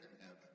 heaven